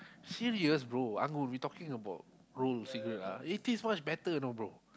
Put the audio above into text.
serious bro Angun we talking about roll cigarette ah it tastes so much better know bro